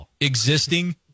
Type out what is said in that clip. Existing